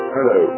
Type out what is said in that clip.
Hello